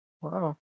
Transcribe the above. Wow